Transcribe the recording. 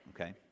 okay